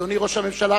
אדוני ראש הממשלה,